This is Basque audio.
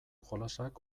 jolasak